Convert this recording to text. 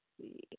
see